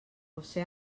josé